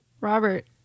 Robert